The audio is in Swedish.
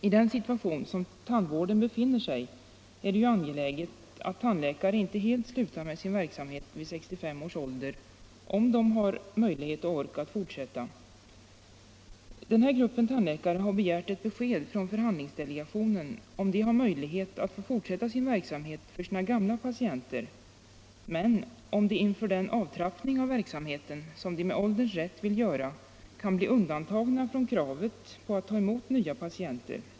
I den situation som tandvården befinner sig i är det ju angeläget att tandläkare inte helt slutar med sin verksamhet vid 65 års ålder, om de har möjlighet och ork att fortsätta. Den här gruppen tandläkare har begärt ett besked från tandvårdsdelegationen, om de har möjlighet att få fortsätta verksamheten för sina gamla patienter men, inför den avtrappning av verksamheten, som de med ålderns rätt vill göra, kan bli undantagna från kravet på att ta emot nya patienter.